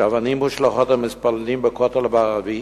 שאבנים מושלכות על מתפללים בכותל המערבי